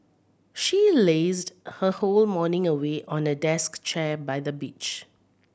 she lazed her whole morning away on a desk chair by the beach